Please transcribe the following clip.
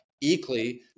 equally